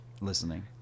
Listening